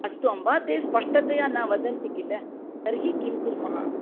अस्तु अम्ब ते स्पष्टतया न वदन्ति किल तर्हि किं कुर्मः